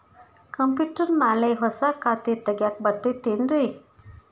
Computer ಮ್ಯಾಲೆ ಹೊಸಾ ಖಾತೆ ತಗ್ಯಾಕ್ ಬರತೈತಿ ಏನ್ರಿ?